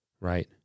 right